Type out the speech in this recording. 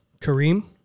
Kareem